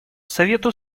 совету